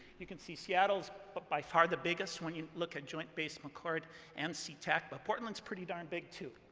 you can see seattle's but by far the biggest when you look at joint base mcchord and seatac, but portland's pretty darn big, too.